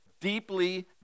deeply